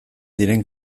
diren